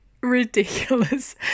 ridiculous